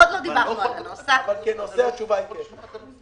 כנושא התשובה היא כן.